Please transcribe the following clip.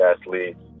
athletes